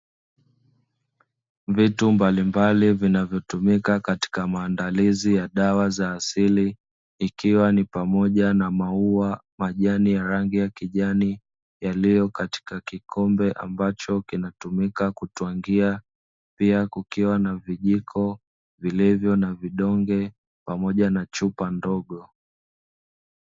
Vitu mbalimbali vinavyotumika katika maandalizi ya dawa za asili ikiwa ni pamoja na maua, majani ya rangi ya kijani yaliyo katika kikombe ambacho kinatumika kutwangia. Pia kukiwa na vijiko vilivyo na vidonge pamoja na chupa ndogo.